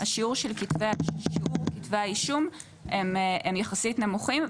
שיעור כתבי האישום הם יחסית נמוכים.